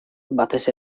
batez